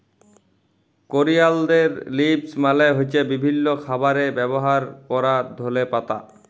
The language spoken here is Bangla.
করিয়ালদের লিভস মালে হ্য়চ্ছে বিভিল্য খাবারে ব্যবহার ক্যরা ধলে পাতা